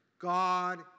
God